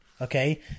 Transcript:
okay